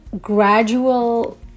gradual